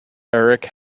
erik